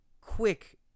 quick